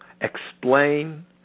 explain